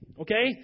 okay